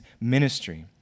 ministry